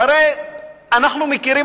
והרי אנחנו מכירים,